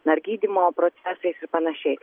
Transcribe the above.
na ir gydymo procesais ir panašiai